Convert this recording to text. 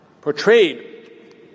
portrayed